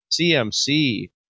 cmc